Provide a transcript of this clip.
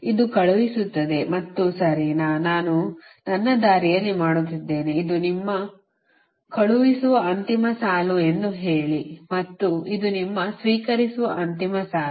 ಇದು ಕಳುಹಿಸುತ್ತಿದೆ ಮತ್ತು ಸರಿನಾ ನಾನು ನನ್ನ ದಾರಿಯಲ್ಲಿ ಮಾಡುತ್ತಿದ್ದೇನೆ ಇದು ನಿಮ್ಮ ಕಳುಹಿಸುವ ಅಂತಿಮ ಸಾಲು ಎಂದು ಹೇಳಿ ಮತ್ತು ಇದು ನಿಮ್ಮ ಸ್ವೀಕರಿಸುವ ಅಂತಿಮ ಸಾಲು